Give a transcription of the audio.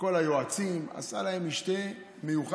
את כל היועצים, עשה להם משתה מיוחד,